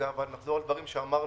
--- נחזור על דברים שאמרנו,